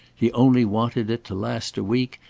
he only wanted it to last a week,